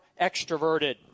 extroverted